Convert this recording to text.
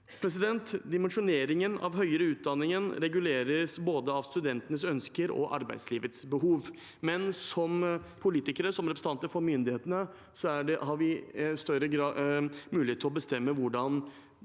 på alvor. Dimensjoneringen av høyere utdanning reguleres både av studentenes ønsker og av arbeidslivets behov, men som politikere, som representanter for myndighetene, har vi i større grad mulighet til å bestemme hvordan